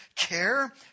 care